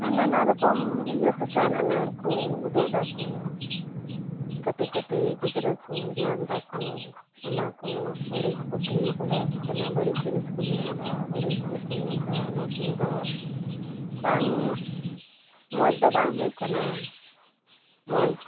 ᱱᱟᱱᱟ ᱨᱚᱠᱚᱢ ᱤᱭᱟᱹ ᱯᱷᱮᱥᱟᱱ ᱮᱱᱮᱡᱠᱚ ᱩᱫᱩᱜ ᱮᱫᱟᱠᱚ ᱠᱟᱹᱴᱤᱡ ᱠᱟᱹᱴᱤᱡ ᱜᱤᱫᱽᱨᱟᱹᱠᱩ ᱧᱮᱞᱫᱟᱠᱩ ᱚᱱᱟᱠᱚ ᱵᱟᱹᱲᱤᱡ ᱵᱩᱫᱽᱫᱷᱤ ᱵᱚᱞᱚᱣᱟᱠᱚ ᱠᱟᱱᱟ ᱵᱟᱹᱲᱤᱡ ᱡᱤᱱᱤᱥᱠᱩ ᱧᱮᱞᱫᱟ ᱵᱟᱹᱲᱤᱡ ᱤᱭᱟᱹᱠᱩ ᱧᱮᱞᱫᱟ ᱚᱱᱟᱠᱩ ᱫᱚ ᱵᱟᱝ ᱢᱚᱡᱽᱫᱚ ᱵᱟᱝ ᱦᱩᱭᱩᱜ ᱠᱟᱱᱟ ᱢᱚᱡᱽ